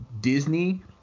Disney